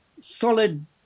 solid